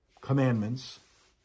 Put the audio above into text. commandments